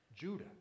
Judah